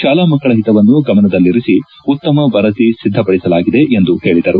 ಶಾಲಾ ಮಕ್ಕಳ ಹಿತವನ್ನು ಗಮನದಲ್ಲಿರಿಸಿ ಉತ್ತಮ ವರದಿ ಸಿದ್ದಪದಿಸಲಾಗಿದೆ ಎಂದು ಹೇಳಿದರು